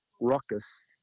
ruckus